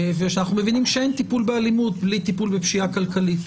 מפני שאנחנו מבינים שאין טיפול באלימות בלי טיפול בפשיעה כלכלית.